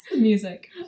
Music